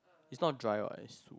it's not dry what